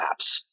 apps